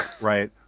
right